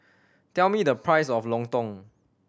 tell me the price of lontong